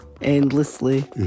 endlessly